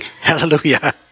Hallelujah